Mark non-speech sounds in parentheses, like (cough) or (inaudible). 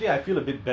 (noise)